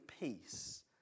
peace